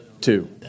Two